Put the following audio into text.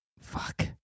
fuck